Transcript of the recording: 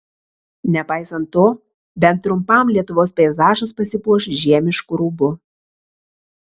nepaisant to bent trumpam lietuvos peizažas pasipuoš žiemišku rūbu